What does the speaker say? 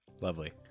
Lovely